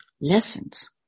lessons